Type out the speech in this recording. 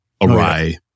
awry